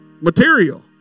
material